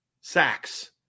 sacks